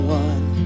one